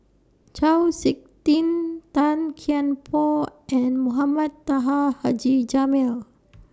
Chau Sik Ting Tan Kian Por and Mohamed Taha Haji Jamil